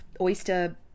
oyster